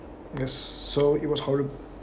yes so it was horrible